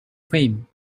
fame